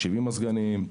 70 מזגנים,